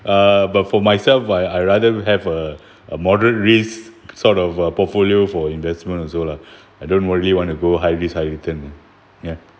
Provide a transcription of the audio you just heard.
uh but for myself I I rather have uh moderate risk sort of uh portfolio for investment also lah I don't really want to go high risk high return ya